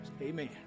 amen